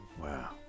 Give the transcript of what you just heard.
Wow